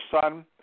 son